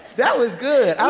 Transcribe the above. that was good. i